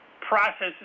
processes